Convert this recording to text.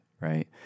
right